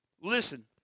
Listen